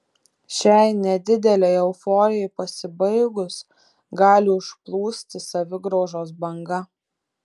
šiai nedidelei euforijai pasibaigus gali užplūsti savigraužos banga